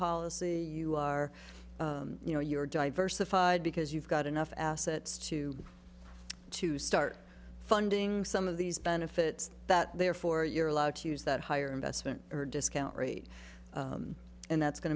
policy you are you know you're diversified because you've got enough assets to to start funding some of these benefits that therefore you're allowed to use that higher investment or discount rate and that's going